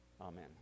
Amen